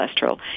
cholesterol